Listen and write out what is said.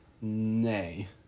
Nay